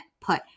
put –